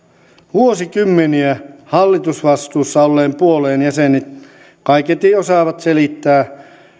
vuosikymmeniä hallitusvastuussa olleen puolueen jäsenet kaiketi osaavat selittää